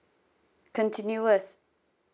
continuous